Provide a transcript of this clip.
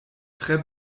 tre